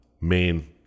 main